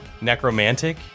Necromantic